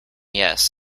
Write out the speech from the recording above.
yes